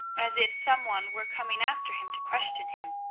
as if some one were coming after him to question him.